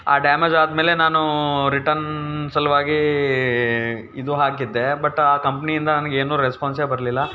ಆ ಡ್ಯಾಮೇಜಾದಮೇಲೆ ನಾನು ರಿಟನ್ ಸಲುವಾಗಿ ಇದು ಹಾಕಿದ್ದೆ ಬಟ್ ಆ ಕಂಪ್ನಿಯಿಂದ ನನಗೇನು ರೆಸ್ಪಾನ್ಸೇ ಬರಲಿಲ್ಲ